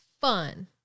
fun